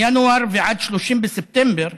מינואר ועד 30 בספטמבר